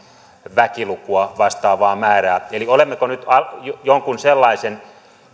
väkilukua vastaavaa määrää eli olemmeko nyt jonkun sellaisen